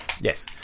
Yes